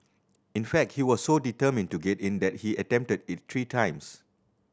in fact he was so determined to get in that he attempted it three times